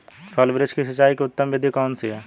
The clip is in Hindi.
फल वृक्ष की सिंचाई की उत्तम विधि कौन सी है?